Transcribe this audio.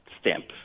stamp